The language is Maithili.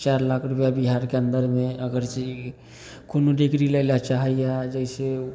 चारि लाख रुपैआ बिहारके अन्दरमे अगर छी कोनो डिग्री लैलए चाहैए जइसे